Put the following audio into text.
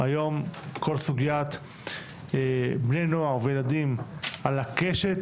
היום כל סוגיית בני נוער וילדים על הקשת